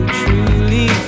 truly